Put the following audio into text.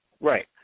Right